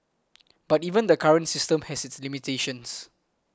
but even the current system has its limitations